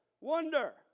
wonder